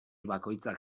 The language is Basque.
bakoitzak